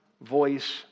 voice